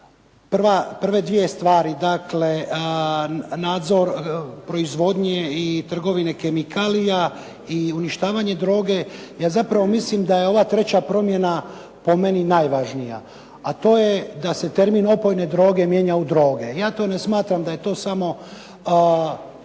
prve dvije stvari. Dakle, nadzor proizvodnje i trgovine kemikalija i uništavanje droge. Ja zapravo mislim da je ova treća promjena po meni najvažnija, a to je da se termin opojne droge mijenja u droge. Ja to ne smatram da je to samo